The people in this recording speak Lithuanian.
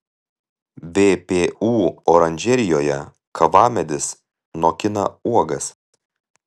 vpu oranžerijoje kavamedis nokina uogas